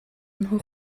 nhw